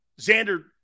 Xander